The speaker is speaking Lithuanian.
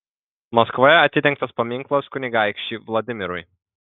maskvoje atidengtas paminklas kunigaikščiui vladimirui